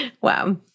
Wow